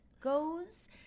goes